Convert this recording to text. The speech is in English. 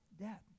Debt